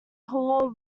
hall